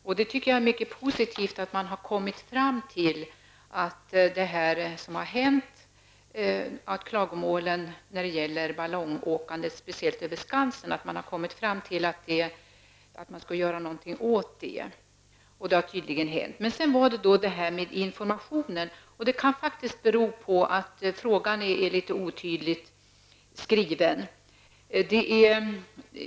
Jag tycker att det är mycket positivt att man har kommit fram till att man skall göra något åt ballongflygningen, speciellt över Skansen, som det har framförts klagomål om. Det är möjligt att frågan är litet otydligt skriven när det gäller informationen.